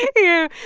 yeah.